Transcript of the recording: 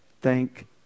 thank